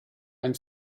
ein